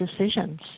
decisions